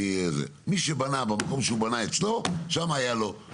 מי שבנה במקום שהוא בנה אצלו שם היה לו.